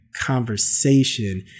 conversation